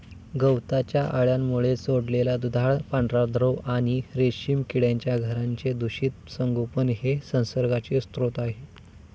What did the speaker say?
गवताच्या अळ्यांमुळे सोडलेला दुधाळ पांढरा द्रव आणि रेशीम किड्यांची घरांचे दूषित संगोपन हे संसर्गाचे स्रोत आहे